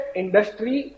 industry